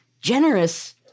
generous